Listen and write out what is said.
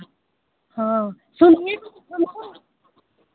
हाँ सुनिए ना हमको